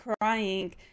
crying